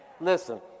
Listen